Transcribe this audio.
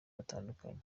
batandukanye